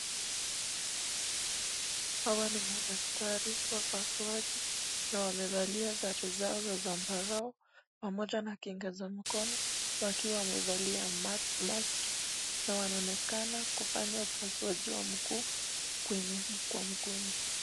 Hawa ni madaktari wapusuaji na wamevalia sare zao za zambarau pamoja na kinga za mikono wakiwa wamevalia maski na wanaonekana kufanya upasuaji wa mguu kwa mgonjwa.